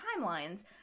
timelines